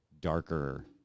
darker